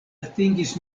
atingis